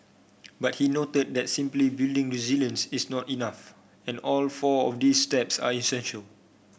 but he noted that simply building resilience is not enough and all four of these steps are essential